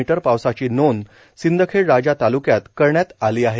मी पावसाची नोंद सिंदखेड राजा तालुक्यात करण्यात आली आहे